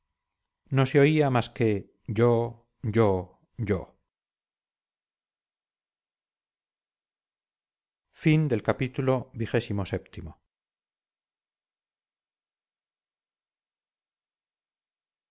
no se oía más que yo yo yo